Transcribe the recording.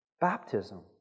Baptism